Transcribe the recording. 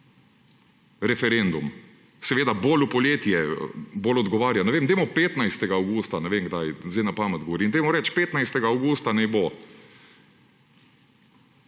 referendum; seveda bolj v poletje, bolj odgovarja. Ne vem, dajmo 15. avgusta – ne vem kdaj, sedaj na pamet govorim ‒, dajmo reči, 15. avgusta naj bo.